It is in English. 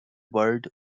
bird